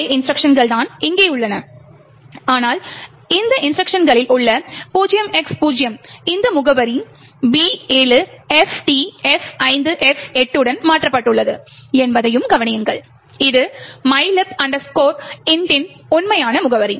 அதே இன்ஸ்ட்ருக்ஷன் கள் தான் இங்கே உள்ளன ஆனால் இந்த இன்ஸ்ட்ருக்ஷன்களில் உள்ள 0X0 இந்த முகவரி B7FTF5F8 உடன் மாற்றப்பட்டுள்ளது என்பதையும் கவனியுங்கள் இது mylib int இன் உண்மையான முகவரி